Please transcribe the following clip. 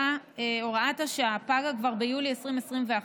הוראת השעה פגה כבר ביולי 2021,